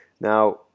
Now